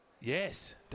Yes